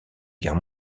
guerre